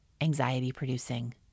anxiety-producing